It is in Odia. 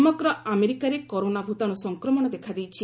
ସମଗ୍ର ଆମେରିକାରେ କରୋନା ଭୂତାଣୁ ସଂକ୍ରମଣ ଦେଖାଦେଇଛି